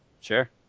Sure